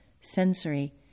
sensory